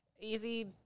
easy